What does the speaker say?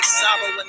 sorrow